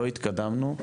לא התקדמנו,